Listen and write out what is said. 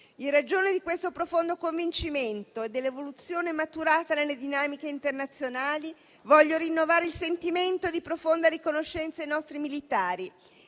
In ragione di questo profondo convincimento e dell'evoluzione maturata nelle dinamiche internazionali, desidero rinnovare il sentimento di profonda riconoscenza ai nostri militari.